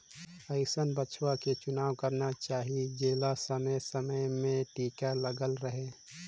अइसन बछवा के चुनाव करना चाही जेला समे समे में टीका लगल रहें